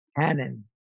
canon